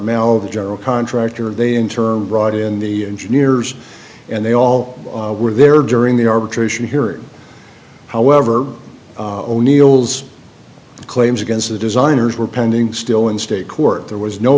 melville general contractor and they in turn brought in the engineers and they all were there during the arbitration hearing however o'neill's claims against the designers were pending still in state court there was no